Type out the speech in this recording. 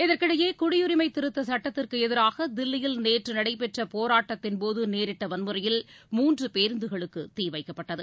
இதற்கிடையே குடியுரிமைதிருத்தச் சட்டத்திற்குஎதிராகதில்லியில் நேற்றுநடைபெற்றபோராட்டத்தின்போதுநேரிட்டவன்முறையில் மூன்றுபேருந்துகளுக்குதீவைக்கப்பட்டது